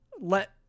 let